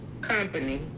company